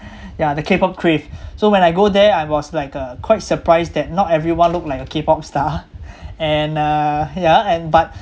ya the K pop craze so when I go there I was like uh quite surprised that not everyone looked like a K pop star and uh ya and but